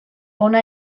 hona